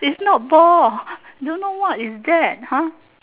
is not ball don't know what is that !huh!